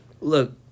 Look